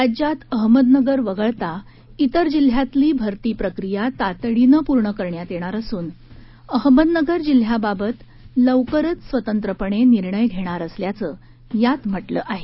राज्यात अहमदनगर वगळता इतर जिल्ह्यातली भरती प्रक्रिया तातडीनं पूर्ण करण्यात येणार असून अहमदनगर जिल्ह्याबाबत लवकरच स्वतंत्रपणे निर्णय घेणार असल्याचं यात म्हटलं आहे